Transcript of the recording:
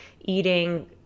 eating